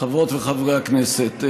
חברות וחברי הכנסת,